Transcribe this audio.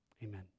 Amen